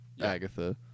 Agatha